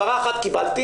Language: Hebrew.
הבהרה אחת קיבלתי,